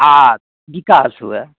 आओर विकास हुअए